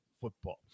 Football